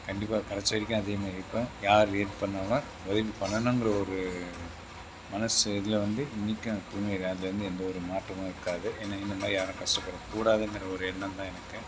கண்டிப்பாக கடைசி வரைக்கும் அதே மாதிரி இருப்பேன் யார் எது பண்ணிணாலும் உதவி பண்ணணுங்கிற ஒரு மனசு இதில் வந்து இன்னிக்கியும் எப்பவுமே அது வந்து எந்த ஒரு மாற்றமும் இருக்காது ஏன்னால் என்னை மாதிரி யாரும் கஷ்டப்படக்கூடாதுங்கிற ஒரு எண்ணம் தான் எனக்கு